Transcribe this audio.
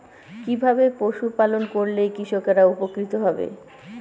কিভাবে পশু পালন করলেই কৃষকরা উপকৃত হবে?